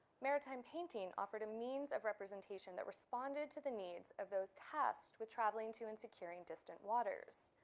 maritime painting offered a means of representation that responded to the needs of those tasked with traveling to insecure and distant waters.